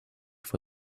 for